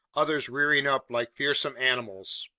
others rearing up like fearsome animals.